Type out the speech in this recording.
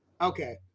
Okay